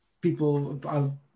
people